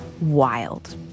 wild